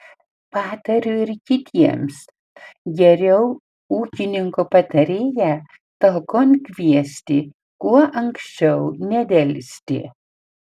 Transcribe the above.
patariu ir kitiems geriau ūkininko patarėją talkon kviestis kuo anksčiau nedelsti